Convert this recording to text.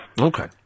Okay